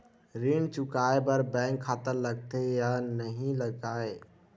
ऋण चुकाए बार बैंक खाता लगथे या नहीं लगाए?